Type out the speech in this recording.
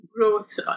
growth